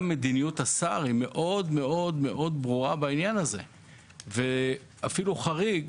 גם מדיניות השר היא מאוד מאוד ברורה בעניין הזה וזה אפילו חריג,